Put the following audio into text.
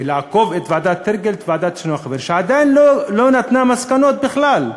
ולעקוף את ועדת טירקל ואת ועדת צ'חנובר שעדיין לא נתנה מסקנות בכלל,